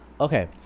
Okay